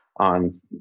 on